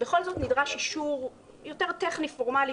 בכל זאת נדרש אישור יותר טכני ופורמלי